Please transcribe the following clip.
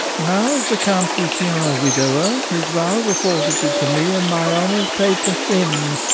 now is the count rousillon a widower his vows are forfeited to me, and my honour's paid to him.